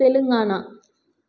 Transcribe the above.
Telangana